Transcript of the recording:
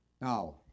Now